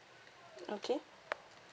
okay